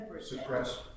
Suppress